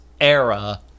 era